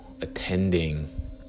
attending